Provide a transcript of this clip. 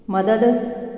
मदद